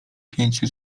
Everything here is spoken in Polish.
pięciu